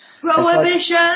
Prohibition